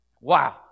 Wow